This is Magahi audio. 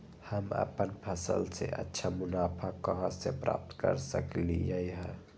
हम अपन फसल से अच्छा मुनाफा कहाँ से प्राप्त कर सकलियै ह?